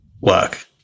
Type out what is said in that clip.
work